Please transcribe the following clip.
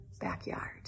backyard